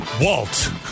Walt